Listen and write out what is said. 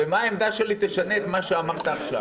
במה העמדה שלי תשנה את מה שאמרת עכשיו?